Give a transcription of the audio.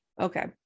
Okay